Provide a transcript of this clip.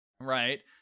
right